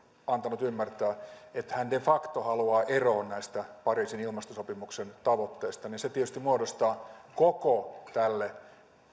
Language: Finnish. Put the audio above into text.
antanut ymmärtää että hän de facto haluaa eroon näistä pariisin ilmastosopimuksen tavoitteista niin se tietysti muodostaa koko tälle